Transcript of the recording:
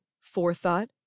forethought